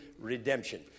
redemption